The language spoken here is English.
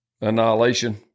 annihilation